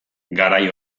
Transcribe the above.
garai